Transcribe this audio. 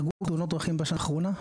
נהרגו בתאונות דרכים בשנה האחרונה?